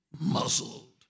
muzzled